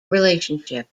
relationship